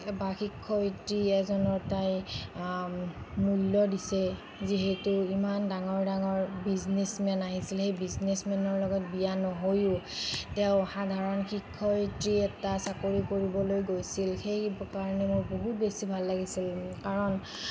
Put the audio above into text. বা শিক্ষয়ত্ৰী এজনৰ তাই মূল্য দিছে যিহেতু ইমান ডাঙৰ ডাঙৰ বিজনেছ মেন আহিছিলে সেই বিজনেছ মেনৰ লগত বিয়া নহৈও তেওঁ সাধাৰণ শিক্ষয়িত্ৰী এটা চাকৰি কৰিবলৈ গৈছিল সেই কাৰণে মোৰ বহুত বেছি ভাল লাগিছিল কাৰণ